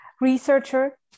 researcher